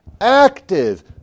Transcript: active